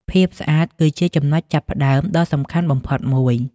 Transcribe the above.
ភាពស្អាតគឺជាចំណុចចាប់ផ្តើមដ៏សំខាន់បំផុតមួយ។